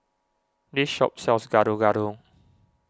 this shop sells Gado Gado